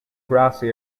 grassy